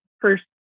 first